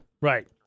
Right